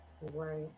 Right